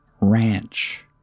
ranch